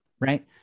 right